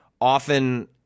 often